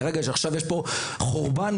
כאילו יש פה חורבן,